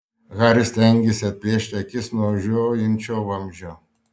haris stengėsi atplėšti akis nuo žiojinčio vamzdžio